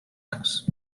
house